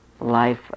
life